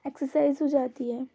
exercise हो जाती है